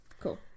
Cool